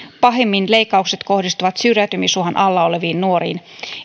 pahimmin leikkaukset kohdistuvat syrjäytymisuhan alla oleviin nuoriin